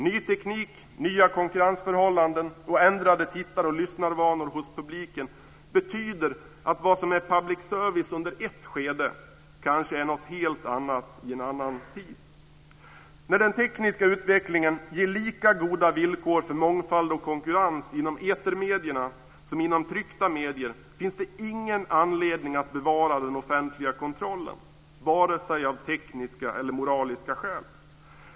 Ny teknik, nya konkurrensförhållanden och ändrade tittar och lyssnarvanor hos publiken betyder att vad som är public service under ett skede kanske är något helt annat i en annan tid. När den tekniska utvecklingen ger lika goda villkor för mångfald och konkurrens inom etermedierna som inom tryckta medier finns det ingen anledning att bevara den offentliga kontrollen vare sig av tekniska eller moraliska skäl.